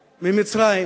ממצרים,